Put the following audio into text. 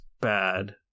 bad